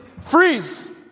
Freeze